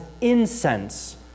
incense